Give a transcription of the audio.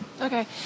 Okay